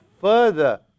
further